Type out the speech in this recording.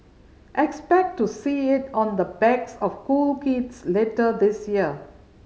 expect to see it on the backs of cool kids later this year